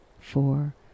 four